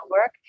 work